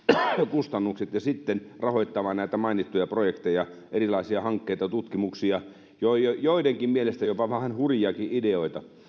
kustannukset ja sitten rahoittamaan näitä mainittuja projekteja erilaisia hankkeita ja tutkimuksia joidenkin joidenkin mielestä jopa vähän hurjiakin ideoita